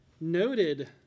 Noted